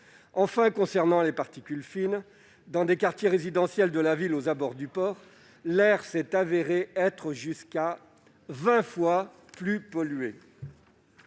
Enfin, concernant les particules fines, dans des quartiers résidentiels de la ville aux abords du port, l'air est jusqu'à vingt fois plus pollué.